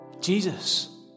Jesus